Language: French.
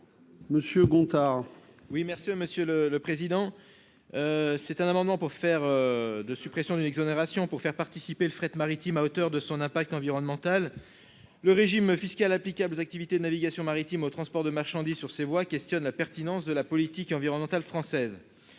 Monsieur Gontard. Oui, merci Monsieur le le président c'est un amendement pour faire de suppression d'une exonération pour faire participer le fret maritime à hauteur de son impact environnemental, le régime fiscal applicable aux activités navigation maritime au transport de marchandises sur ces voies, questionne la pertinence de la politique environnementale française